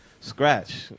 scratch